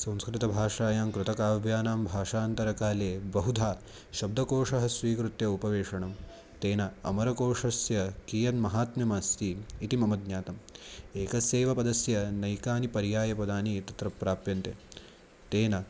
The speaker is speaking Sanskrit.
संस्कृतभाषायां कृतकाव्यानां भाषान्तरकाले बहुधा शब्दकोषः स्वीकृत्य उपवेशनं तेन अमरकोषस्य कियन् महात्म्यम् अस्ति इति मम ज्ञातम् एकस्यैव पदस्य नैकानि पर्यायपदानि तत्र प्राप्यन्ते तेन